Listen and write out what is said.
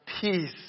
peace